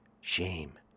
shame